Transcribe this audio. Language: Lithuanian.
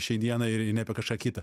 šiai dienai ir ir ne apie kažką kita